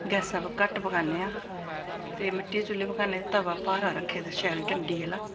गैसा पर घट्ट पकाने आं ते मिट्टी दे चुल्ली पकाने तवा भारा रक्खे दा शैल डंडी आह्ला